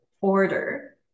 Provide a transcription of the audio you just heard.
order